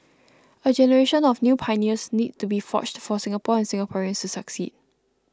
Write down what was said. a generation of new pioneers needs to be forged for Singapore and Singaporeans to succeed